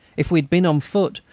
if we had been on foot,